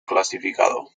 clasificado